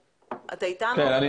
כן.